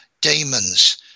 demons